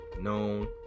known